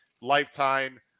lifetime